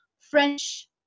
French